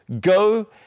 go